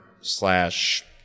slash